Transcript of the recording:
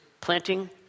planting